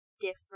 different